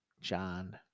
John